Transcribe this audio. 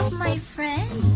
my friend?